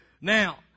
Now